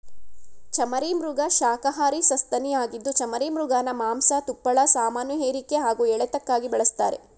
ಚಮರೀಮೃಗ ಶಾಖಹಾರಿ ಸಸ್ತನಿಯಾಗಿದ್ದು ಚಮರೀಮೃಗನ ಮಾಂಸ ತುಪ್ಪಳ ಸಾಮಾನುಹೇರಿಕೆ ಹಾಗೂ ಎಳೆತಕ್ಕಾಗಿ ಬಳಸ್ತಾರೆ